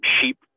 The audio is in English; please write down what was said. sheep